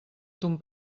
ton